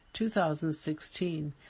2016